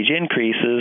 increases